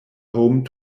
home